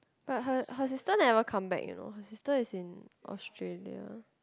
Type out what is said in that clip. but her her sister never come back you know her sister is in Australia